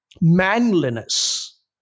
manliness